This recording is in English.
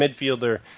midfielder